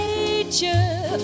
Nature